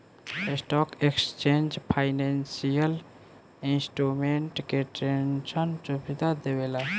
stock exchange financial instrument के ट्रेडरसन सुविधा देवेला